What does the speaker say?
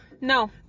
no